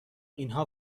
اینها